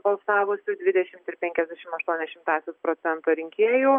balsavusių dvidešimt ir penkiasdešim aštuntuonias šimtąsias procento rinkėjų